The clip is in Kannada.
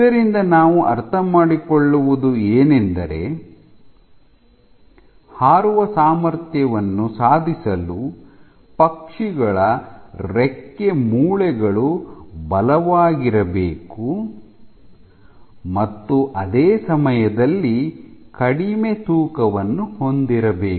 ಇದರಿಂದ ನಾವು ಅರ್ಥಮಾಡಿಕೊಳ್ಳುವುದು ಏನೆಂದರೆ ಹಾರುವ ಸಾಮರ್ಥ್ಯವನ್ನು ಸಾಧಿಸಲು ಪಕ್ಷಿಗಳ ರೆಕ್ಕೆ ಮೂಳೆಗಳು ಬಲವಾಗಿರಬೇಕು ಮತ್ತು ಅದೇ ಸಮಯದಲ್ಲಿ ಕಡಿಮೆ ತೂಕವನ್ನು ಹೊಂದಿರಬೇಕು